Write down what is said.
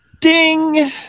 Ding